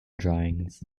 drawings